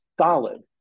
solid